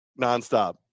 nonstop